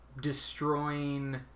destroying